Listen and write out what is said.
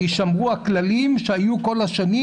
יישמרו הכללים שהיו כל השנים,